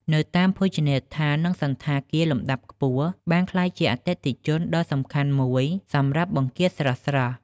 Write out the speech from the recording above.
នៅតាមភោជនីយដ្ឋាន និងសណ្ឋាគារលំដាប់ខ្ពស់បានក្លាយជាអតិថិជនដ៏សំខាន់មួយសម្រាប់បង្គាស្រស់ៗ។